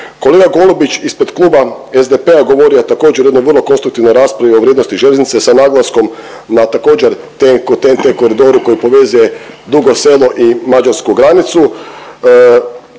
Kolega Golubić ispred Kluba SDP-a govorio je također u jednoj vrlo konstruktivnoj raspravi o vrijednosti željeznice sa naglaskom na također na TEN-T koridoru koji povezuje Dugo Selo i mađarsku granicu.